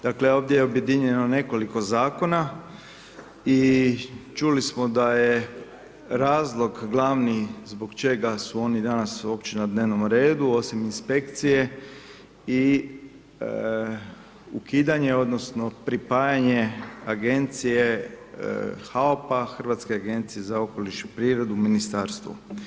Dakle, ovdje je objedinjeno nekoliko Zakona i čuli smo da je razlog glavni zbog čega su oni danas uopće na dnevnom redu osim Inspekcije i ukidanje odnosno pripajanje Agencije HAOP-a Hrvatske agencije za okoliš i prirodu u Ministarstvu.